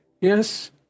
Yes